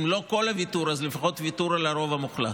אם לא כל הוויתור אז לפחות ויתור על הרוב המוחלט.